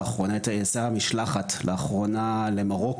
לאחרונה נסעה משלחת למרוקו